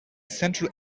central